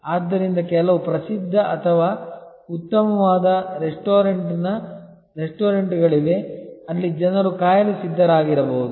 ಆದ್ದರಿಂದ ಕೆಲವು ಪ್ರಸಿದ್ಧ ಅಥವಾ ಉತ್ತಮವಾದ restaurant ಟದ ರೆಸ್ಟೋರೆಂಟ್ಗಳಿವೆ ಅಲ್ಲಿ ಜನರು ಕಾಯಲು ಸಿದ್ಧರಾಗಿರಬಹುದು